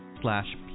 slash